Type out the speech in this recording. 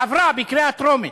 עברה בקריאה טרומית,